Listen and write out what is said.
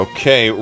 Okay